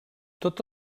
tot